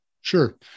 Sure